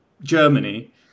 Germany